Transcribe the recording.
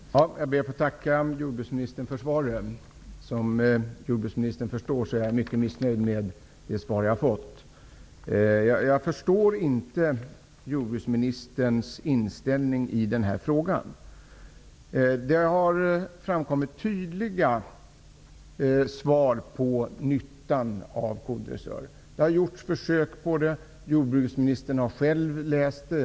Fru talman! Jag ber att få tacka jordbruksministern för svaret. Som jordbruksministern förstår är jag mycket missnöjd med det svar jag fått. Jag förstår inte jordbruksministerns inställning i den här frågan. Nyttan av kodressörer har framgått tydligt. Det har gjorts försök. Jordbruksministern har själv läst om dem.